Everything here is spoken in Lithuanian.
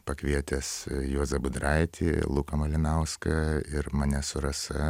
pakvietęs juozą budraitį luką malinauską ir mane su rasa